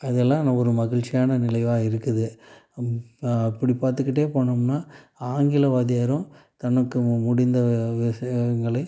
அதெல்லாம் என்ன ஒரு மகிழ்ச்சியான நினைவா இருக்குது அப்படி பார்த்துக்கிட்டே போனோம்னா ஆங்கில வாத்தியாரும் தனக்கு முடிந்த விஷயங்களை